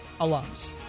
alums